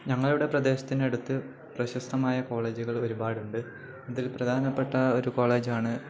ഞങ്ങൾ ഇവിടെ പ്രദേശത്തിനടുത്ത് പ്രശസ്തമായ കോളേജുകൾ ഒരുപാടുണ്ട് ഇതിൽ പ്രധാനപ്പെട്ട ഒരു കോളേജാണ്